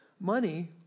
money